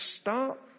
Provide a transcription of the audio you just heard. start